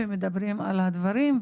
ומדברים על הדברים.